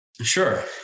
sure